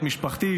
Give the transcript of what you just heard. את משפחתי,